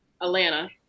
Atlanta